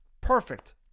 Perfect